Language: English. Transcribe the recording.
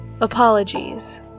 Apologies